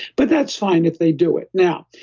but that's fine if they do it now,